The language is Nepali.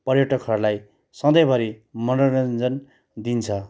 पर्यटकहरूलाई सधैँभरि मनोरञ्जन दिन्छ